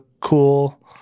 cool